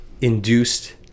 induced